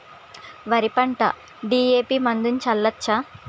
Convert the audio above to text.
వరి పంట డి.ఎ.పి మందును చల్లచ్చా?